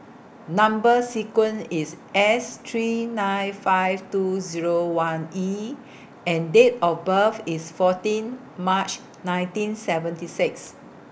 Number sequence IS S three nine five two Zero one E and Date of birth IS fourteen March nineteen seventy six